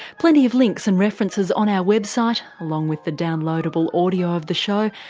plenty of links and references on our website along with the downloadable audio of the show,